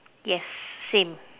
yes same